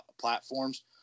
platforms